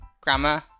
grammar